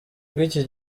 bw’iki